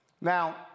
Now